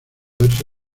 verse